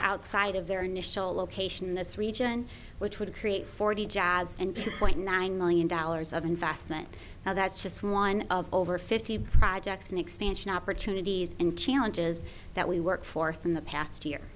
outside of their initial location in this region which would create forty jobs and two point nine million dollars of investment now that's just one of over fifty projects an expansion opportunities and challenges that we work for from the past year